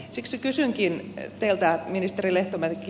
siksi kysynkin teiltä ministeri lehtomäki